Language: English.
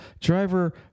Driver